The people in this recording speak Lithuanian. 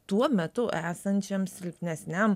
tuo metu esančiam silpnesniam